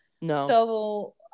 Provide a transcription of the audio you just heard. No